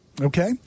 Okay